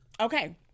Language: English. okay